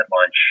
lunch